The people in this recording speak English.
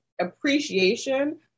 appreciation